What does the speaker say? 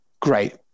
great